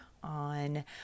on